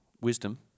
Wisdom